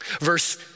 Verse